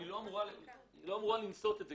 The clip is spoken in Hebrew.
הוא גם לא אמור לעשות את זה,